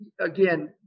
again